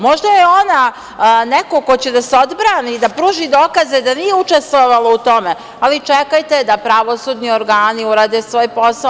Možda je ona neko ko će da se odbrani i da pruži dokaze da nije učestvovala u tome, ali čekajte da pravosudni organi urade svoj posao.